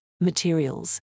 materials